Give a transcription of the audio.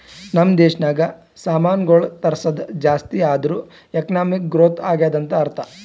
ನಮ್ ದೇಶನಾಗ್ ಸಾಮಾನ್ಗೊಳ್ ತರ್ಸದ್ ಜಾಸ್ತಿ ಆದೂರ್ ಎಕಾನಮಿಕ್ ಗ್ರೋಥ್ ಆಗ್ಯಾದ್ ಅಂತ್ ಅರ್ಥಾ